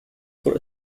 for